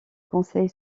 conseil